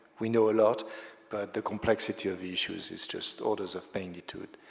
we know a lot but the complexity of the issues is just orders of magnitude